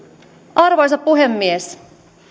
arvoisa puhemies